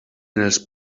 els